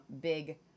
Big